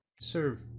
serve